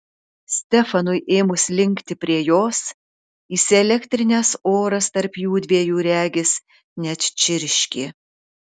stefanui ėmus linkti prie jos įsielektrinęs oras tarp jųdviejų regis net čirškė